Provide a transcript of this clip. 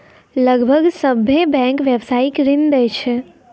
लगभग सभ्भे बैंकें व्यवसायिक ऋण दै छै